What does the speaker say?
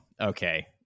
okay